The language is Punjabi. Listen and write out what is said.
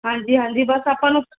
ਹਾਂਜੀ ਹਾਂਜੀ ਬਸ ਆਪਾਂ ਨੂੰ ਤਾਂ